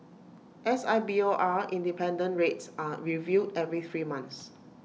S I B O R independent rates are reviewed every three months